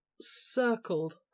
circled